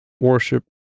worship